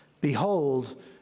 behold